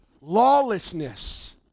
Lawlessness